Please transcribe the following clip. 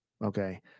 Okay